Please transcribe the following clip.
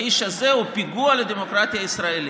והאיש הזה הוא פיגוע לדמוקרטיה הישראלית?